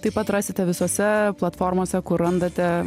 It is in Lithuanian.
taip pat rasite visose platformose kur randate